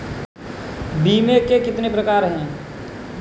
बीमे के कितने प्रकार हैं?